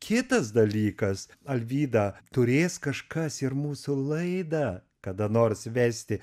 kitas dalykas alvyda turės kažkas ir mūsų laidą kada nors vesti